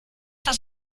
das